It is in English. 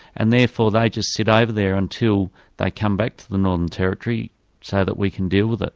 and therefore they just sit over there until they come back to the northern territory so that we can deal with it.